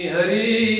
Hari